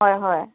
হয় হয়